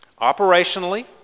operationally